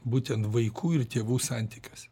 būtent vaikų ir tėvų santykiuose